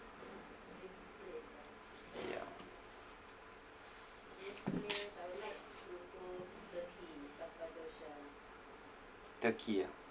ya turkey ah